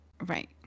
right